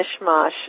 mishmash